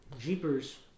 Jeepers